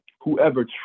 Whoever